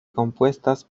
compuestas